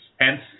hence